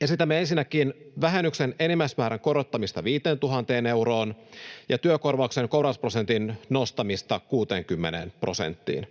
Esitämme ensinnäkin vähennyksen enimmäismäärän korottamista 5 000 euroon ja työkorvauksen korvausprosentin nostamista 60 prosenttiin.